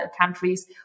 countries